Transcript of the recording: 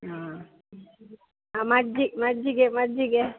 ಹಾಂ ಮಜ್ಜಿ ಮಜ್ಜಿಗೆ ಮಜ್ಜಿಗೆ